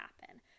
happen